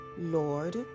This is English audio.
Lord